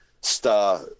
Star